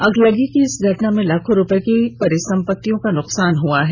अगलगी की इस घटना में लाखों रुपए की परिसंपत्ति का नुकसान हआ है